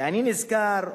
ואני נזכר,